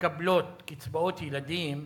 שמקבלות קצבאות ילדים,